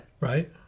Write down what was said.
right